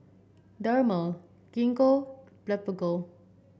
Dermale Gingko Blephagel